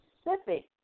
specific